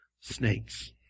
snakes